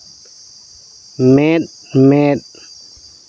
ᱢᱮᱸᱫ ᱢᱮᱸᱫ